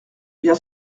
bien